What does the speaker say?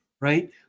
right